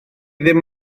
ddim